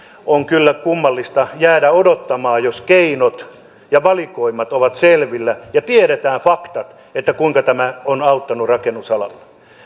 on kyllä kummallista jäädä odottamaan jos keinot ja valikoimat ovat selvillä ja tiedetään faktat kuinka tämä on auttanut rakennusalalla